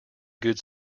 good